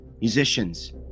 musicians